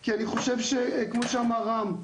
כי אני חושב שכמו שאמר רם,